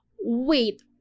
wait